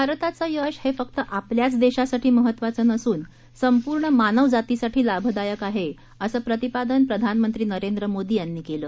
भारताचं यश हे फक्त आपल्याच देशासाठी महत्त्वाचं नसून संपूर्ण मानवजातीसाठी लाभदायक आहे असं प्रतिपादन प्रधानमंत्री नरेंद्र मोदी यांनी केलं